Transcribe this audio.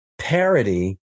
parody